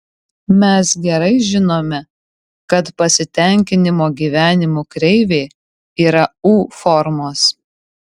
mes gerai žinome kad pasitenkinimo gyvenimu kreivė yra u formos